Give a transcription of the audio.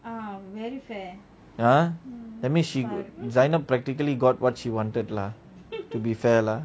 ah that means zaynab practically got what she wanted lah to be fair lah